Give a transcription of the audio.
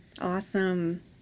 awesome